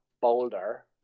boulder